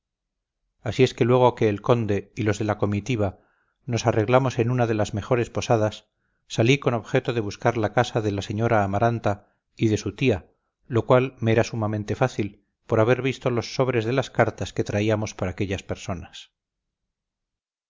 así es que luego que el conde y los de la comitiva nos arreglamos en una de las mejores posadas salí con objeto de buscar la casade la señora amaranta y de su tía lo cual me era sumamente fácil por haber visto los sobres de las cartas que traíamos para aquellas personas